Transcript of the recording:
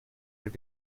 will